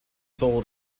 sold